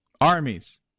Armies